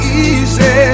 easy